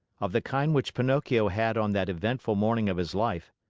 of the kind which pinocchio had on that eventful morning of his life,